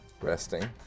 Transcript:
Resting